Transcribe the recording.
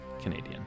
Canadian